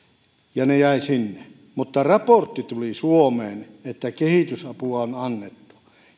ja ne jäivät sinne mutta raportti tuli suomeen että kehitysapua on annettu